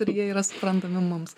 ir jie yra suprantami mums